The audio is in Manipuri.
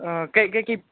ꯀꯔꯤ ꯀꯔꯤ